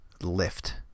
lift